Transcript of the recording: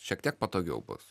šiek tiek patogiau bus